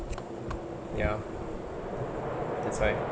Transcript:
ya that's right